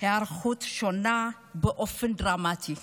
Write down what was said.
היערכות שונה באופן דרמטי.